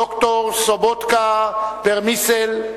ד"ר סובוטקה פרמיסל,